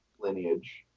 lineage